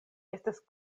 estas